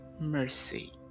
mercy